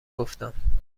گفتم